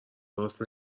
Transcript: راس